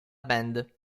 band